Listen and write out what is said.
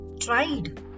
tried